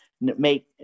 make